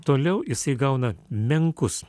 toliau jisai gauna menkus